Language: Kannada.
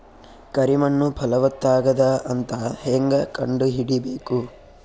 ಕರಿ ಮಣ್ಣು ಫಲವತ್ತಾಗದ ಅಂತ ಹೇಂಗ ಕಂಡುಹಿಡಿಬೇಕು?